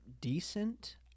decent